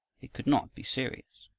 it could not be serious.